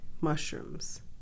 mushrooms